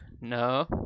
No